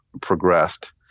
progressed